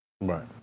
Right